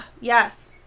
Yes